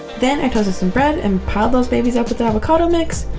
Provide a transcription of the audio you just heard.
then i toasted some bread, and piled those babies up with avocado mix.